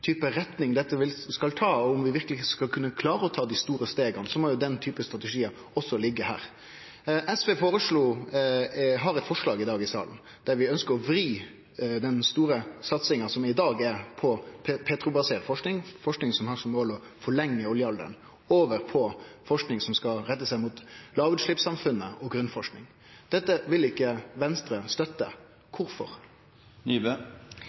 type retning dette skal ta, og om vi verkeleg skal kunne klare å ta dei store stega, må den typen strategiar også liggje her. SV har eit forslag i salen i dag der vi ønskjer å vri den store satsinga som i dag er på petrobasert forsking, forsking som har som mål å forlenge oljealderen, over på forsking som skal rette seg mot lågutsleppssamfunnet og grunnforsking. Dette vil ikkje Venstre støtte.